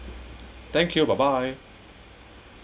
thank you bye bye